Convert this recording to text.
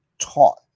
taught